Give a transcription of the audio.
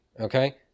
okay